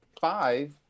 five